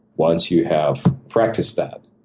once you have practiced that,